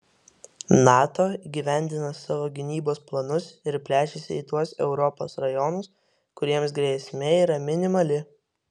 nato įgyvendina savo gynybos planus ir plečiasi į tuos europos rajonus kuriems grėsmė yra minimali